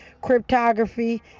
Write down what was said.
cryptography